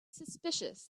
suspicious